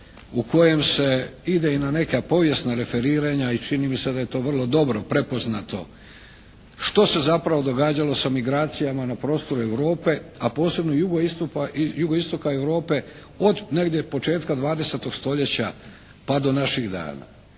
u kojem se ide i na neka povijesna referiranja i čini mi se da je to vrlo dobro prepoznato što se zapravo događalo sa migracijama na prostoru Europe a posebno jugoistoka Europe od negdje početka 20. stoljeća pa do naših dana.